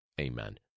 Amen